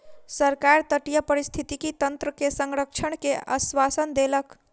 सरकार तटीय पारिस्थितिकी तंत्र के संरक्षण के आश्वासन देलक